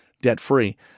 debt-free